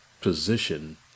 position